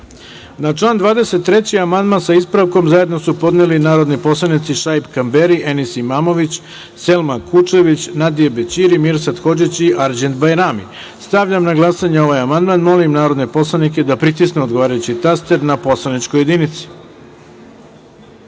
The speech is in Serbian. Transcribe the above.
član 23. amandman, sa ispravkom, zajedno su podneli narodni poslanici Šaip Kamberi, Enis Imamović, Selma Kučević, Nadije Bećiri, Mirsad Hodžić i Arđend Bajrami. Stavljam na glasanje ovaj amandman. Molim poslanike da pritisnu odgovarajući taster na poslaničkoj jedinici. Glasalo